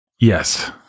Yes